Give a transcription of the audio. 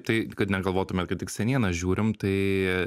tai kad negalvotumėt kad tik senieną žiūrim tai